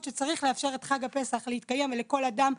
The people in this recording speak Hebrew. שצריך לאפשר את חג הפסח להתקיים לכל אדם,